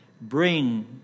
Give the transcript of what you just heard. Bring